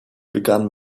begun